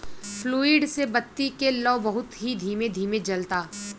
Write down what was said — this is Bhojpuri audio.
फ्लूइड से बत्ती के लौं बहुत ही धीमे धीमे जलता